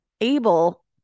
able